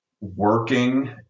working